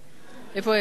איפה אלקין?